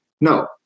No